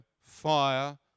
fire